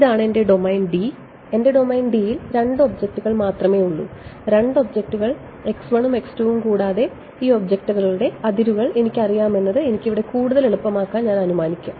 ഇതാണ് എന്റെ domain D എന്റെ ഡൊമെയ്ൻ D യിൽ രണ്ട് ഒബ്ജക്റ്റുകൾ മാത്രമേ ഉള്ളൂ രണ്ട് ഒബ്ജക്റ്റുകൾ ഉം ഉം കൂടാതെ ഈ ഒബ്ജക്റ്റുകളുടെ അതിരുകൾ എനിക്ക് അറിയാമെന്നത് എനിക്കിവിടെ കൂടുതൽ എളുപ്പമാക്കാൻ ഞാൻ അനുമാനിക്കുന്നു